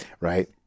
right